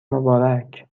مبارک